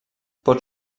pot